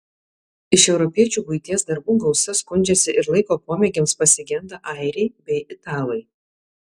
iš europiečių buities darbų gausa skundžiasi ir laiko pomėgiams pasigenda airiai bei italai